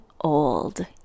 old